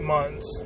Months